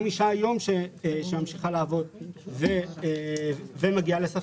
גם אישה שהיום ממשיכה לעבוד ומגיעה לסף